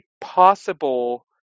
possible